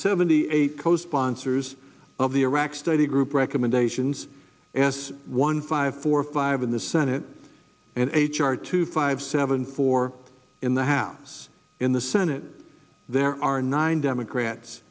seventy eight co sponsors of the iraq study group recommendations as one five four five in the senate and h r two five seven four in the house in the senate there are nine democrats